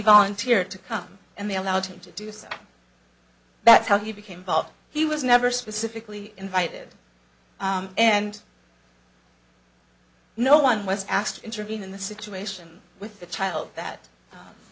volunteered to come and they allowed him to do so that's how he became volved he was never specifically invited and no one was asked to intervene in the situation with the child that